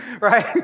Right